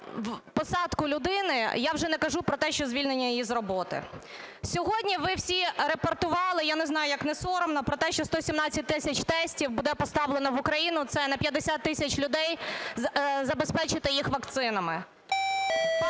посадку людини, я вже не кажу, що звільнення її з роботи. Сьогодні ви всі рапортували (я не знаю, як не соромно), про те, що 117 тисяч тестів буде поставлено в Україну – це на 50 тисяч людей, забезпечити їх вакцинами.